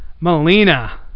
Melina